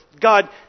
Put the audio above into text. God